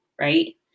right